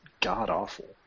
god-awful